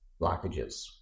blockages